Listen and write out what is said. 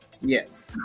Yes